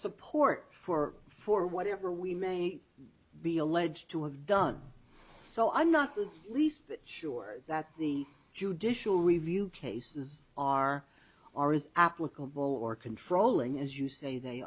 support for for whatever we may be alleged to have done so i'm not the least bit sure that the judicial review cases are are as applicable or controlling as you say they